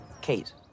Kate